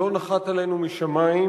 הוא לא נחת עלינו משמים.